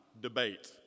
debate